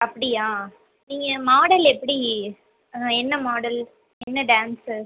அப்படியா நீங்கள் மாடல் எப்படி ஆ என்ன மாடல் என்ன டான்சர்